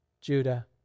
Judah